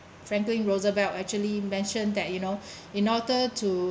franklin roosevelt actually mentioned that you know in order to